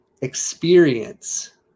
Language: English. experience